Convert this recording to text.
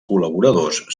col·laboradors